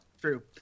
true